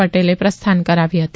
પટેલે પ્રસ્થાન કરાવી હતી